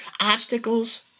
Obstacles